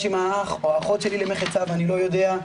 עם האח או האחות שלי למחצה ואני לא יודע,